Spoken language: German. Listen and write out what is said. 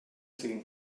ziehen